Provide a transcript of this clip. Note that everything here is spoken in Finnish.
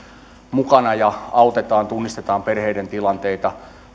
mukana ja autetaan tunnistetaan perheiden tilanteita